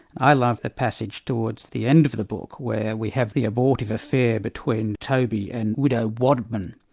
i love the passage towards the end of the book where we have the abortive affair between toby and widow wadman,